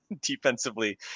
defensively